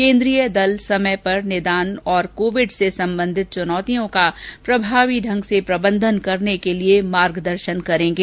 केंद्रीय दल समय पर निदान और कोविड से संबंधित चुनौतियों का प्रभावी ढंग से प्रबंधन करने के लिए मार्गदर्शन करेंगे